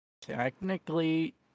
Technically